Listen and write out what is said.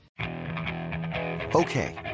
Okay